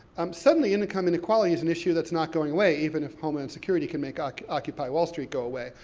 um suddenly income inequality is an issue that's not going away, even if homeland security can make ah occupy wall street go away.